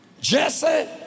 Jesse